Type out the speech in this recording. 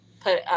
put